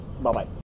Bye-bye